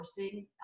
sourcing